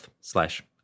slash